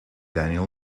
daniel